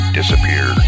disappear